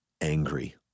angry